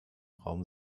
raum